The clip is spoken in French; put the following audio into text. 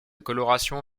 coloration